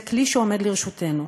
זה כלי שעומד לרשותנו.